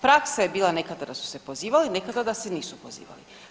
Praksa je bila nekada da su se pozivali, nekada da se nisu pozivali.